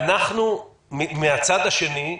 מהצד השני,